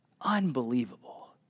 Unbelievable